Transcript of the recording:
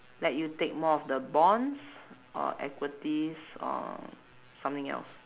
let you take more of the bonds or equities or something else